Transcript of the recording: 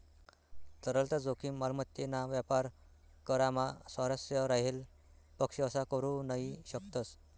तरलता जोखीम, मालमत्तेना व्यापार करामा स्वारस्य राहेल पक्ष असा करू नही शकतस